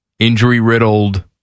Injury-riddled